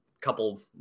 couple